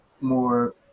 more